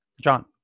John